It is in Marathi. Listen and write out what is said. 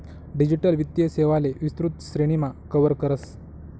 डिजिटल वित्तीय सेवांले विस्तृत श्रेणीमा कव्हर करस